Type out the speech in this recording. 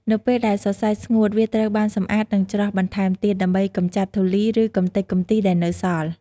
នៅពេលដែលសរសៃស្ងួត វាត្រូវបានសម្អាត និងច្រោះ បន្ថែមទៀតដើម្បីកម្ចាត់ធូលី ឬកម្ទេចកម្ទីដែលនៅសល់។